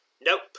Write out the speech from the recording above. Nope